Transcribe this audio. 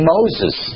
Moses